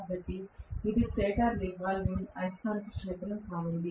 కాబట్టి ఇది stator revolving అయస్కాంత క్షేత్రం కానుంది